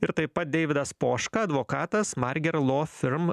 ir taip pat deividas poška advokatas marger law firm